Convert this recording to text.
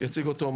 יציג אותו,